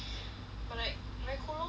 or like very cool lor